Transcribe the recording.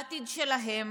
בעתיד שלהם,